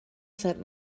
sent